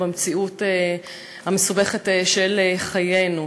במציאות המסובכת של חיינו.